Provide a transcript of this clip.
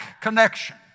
connection